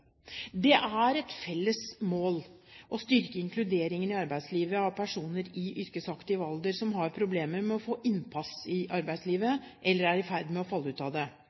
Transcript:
Det er et felles mål å styrke inkludering av personer i yrkesaktiv alder som har problemer med å få innpass i arbeidslivet, eller som er i ferd med å falle ut av det.